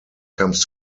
comes